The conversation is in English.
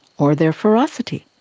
or their ferocity,